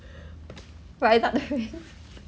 why not